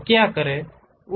कैसा कैसे करूं